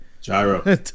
Gyro